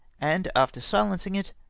and after silencing it,